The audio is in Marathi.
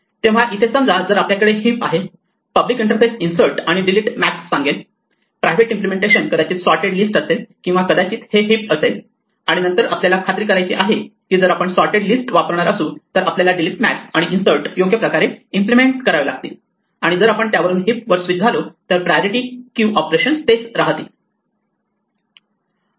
तेव्हा इथे समजा जर आपल्याकडे हीप आहे पब्लिक इंटरफेस इन्सर्ट आणि डिलीट मॅक्स सांगेल प्रायव्हेट इम्प्लिमेंटेशन कदाचित सॉर्टेड लिस्ट असेल किंवा कदाचित हे हिप असेल आणि नंतर आपल्याला खात्री करायची आहे की जर आपण सॉर्टेड लिस्ट वापरणार असू तर आपल्याला डिलीट मॅक्स आणि इन्सर्ट योग्य प्रकारे इम्प्लिमेंट करावे लागतील आणि जर आपण त्यावरून हीप वर स्विच झालो तर प्रायोरिटी क्यू ऑपरेशन्स तेच राहतील